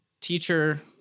teacher